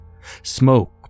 Smoke